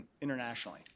internationally